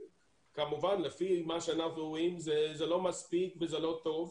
וכמובן לפי מה שאנחנו רואים זה לא מספיק ולא טוב,